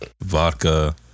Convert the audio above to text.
vodka